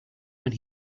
when